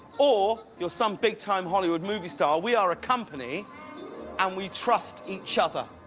or you're some big time hollywood movie star. we are a company and we trust each other.